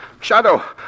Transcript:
Shadow